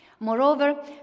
Moreover